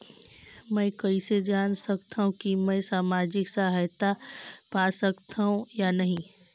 मै कइसे जान सकथव कि मैं समाजिक सहायता पा सकथव या नहीं?